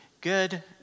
good